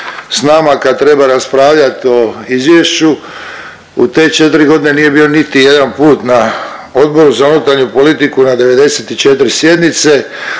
s nama kad treba raspravljat o izvješću, u te 4.g. nije bio niti jedanput na Odboru za unutarnju politiku na 94 sjednice,